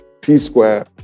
P-Square